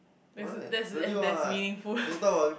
that's that's and that's meaningful